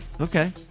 Okay